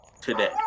today